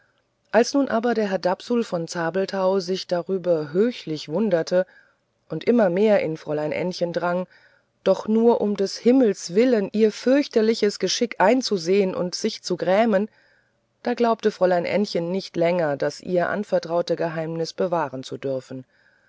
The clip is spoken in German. als nun aber der herr dapsul von zabelthau sich darüber höchlich verwunderte und immer mehr in fräulein ännchen drang doch nur um des himmels willen ihr fürchterliches geschick einzusehen und sich zu grämen da glaubte fräulein ännchen nicht länger das ihr anvertraute geheimnis bewahren zu dürfen